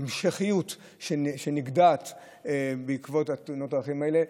ההמשכיות שנגדעת בעקבות תאונות הדרכים האלה.